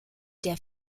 der